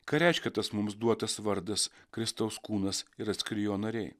ką reiškia tas mums duotas vardas kristaus kūnas ir atskiri jo nariai